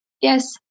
Yes